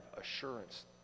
assurance